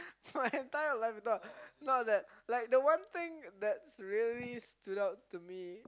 my entire life not not that like the one thing that really stood out to me